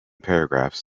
paragraphs